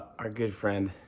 our good friend.